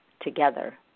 together